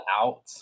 out